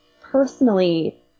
personally